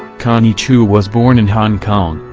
connie chiu was born in hong kong,